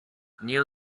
knew